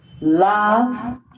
Love